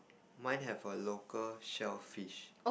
mine have a local shellfish